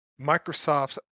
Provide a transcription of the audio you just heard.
Microsoft's